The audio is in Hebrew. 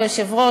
כבוד היושב-ראש,